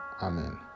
Amen